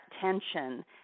tension